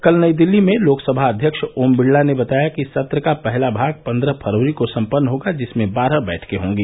कल नई दिल्ली में लोकसभा अध्यक्ष ओम बिरला ने बताया कि सत्र का पहला भाग पन्दह फरवरी को सम्पन्न होगा जिसमें बारह बैठकें होंगी